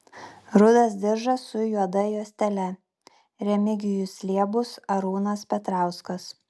rudas diržas su juoda juostele remigijus liebus arūnas petrauskas